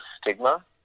stigma